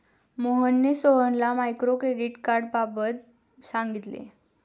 मोहनने सोहनला मायक्रो क्रेडिटबाबत सांगितले